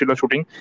shooting